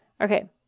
Okay